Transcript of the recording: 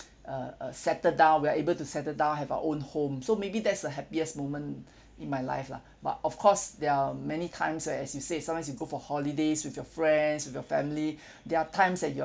uh uh settle down we are able to settle down have our own home so maybe that's the happiest moment in my life lah but of course there are many times where as you say sometimes you go for holidays with your friends with your family there are times that you're